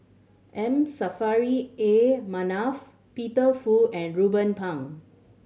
M Saffri A Manaf Peter Fu and Ruben Pang